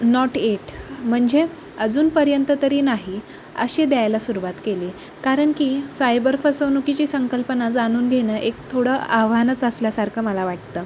not yet म्हणजे अजूनपर्यंत तरी नाही अशी द्यायला सुरुवात केली कारण की सायबर फसवणुकीची संकल्पना जाणून घेणं एक थोडं आव्हानच असल्यासारखं मला वाटतं